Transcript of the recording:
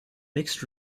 mixed